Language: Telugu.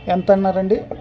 ఎంత అన్నారండి